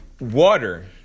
water